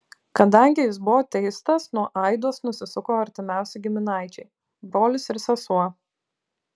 kadangi jis buvo teistas nuo aidos nusisuko artimiausi giminaičiai brolis ir sesuo